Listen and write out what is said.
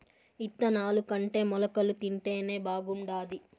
ఇత్తనాలుకంటే మొలకలు తింటేనే బాగుండాది